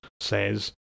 says